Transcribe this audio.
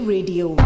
Radio